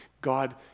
God